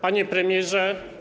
Panie Premierze!